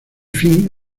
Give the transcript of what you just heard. fin